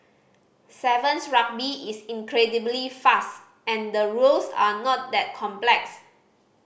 sevens Rugby is incredibly fast and the rules are not that complex